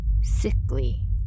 sickly